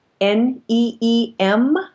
N-E-E-M